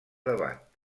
debat